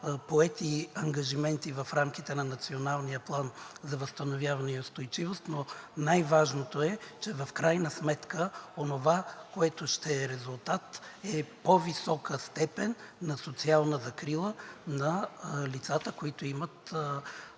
поети ангажименти в рамките на Националния план за възстановяване и устойчивост. Най-важното е, че в крайна сметка онова, което ще е резултат, е по-висока степен на социална закрила на лицата, които имат